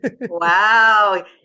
Wow